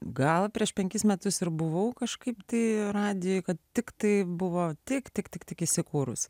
gal prieš penkis metus ir buvau kažkaip tai radijuje kad tiktai buvo tik tik tik tik įsikūrus